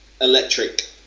electric